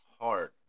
hard